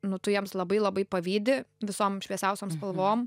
nu tu jiems labai labai pavydi visom šviesiausiom spalvom